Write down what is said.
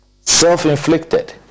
Self-inflicted